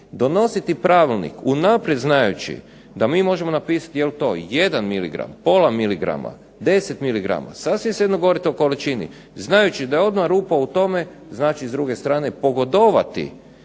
Donositi pravilnik unaprijed znajući da mi možemo napisati jel to jedan miligram, pola miligrama, deset miligrama sasvim svejedno govorite li o količini, znajući da je odmah rupa u tome, znači s druge strane pogodovati